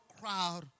crowd